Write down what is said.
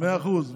חבר הכנסת ביטן,